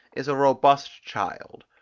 is a robust child.